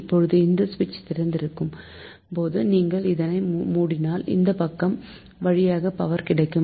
இப்போது இந்த சுவிட்ச் திறந்து இருக்கும் போது நீங்கள் இதனை மூடினால் இந்த பக்கம் வழியாக பவர் கிடைக்கும்